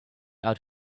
out